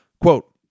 Quote